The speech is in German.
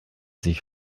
sich